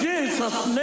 Jesus